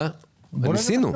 ניסינו.